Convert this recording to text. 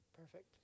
Perfect